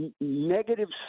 negative